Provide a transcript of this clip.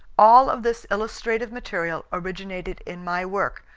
all of this illustrative material originated in my work,